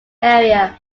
area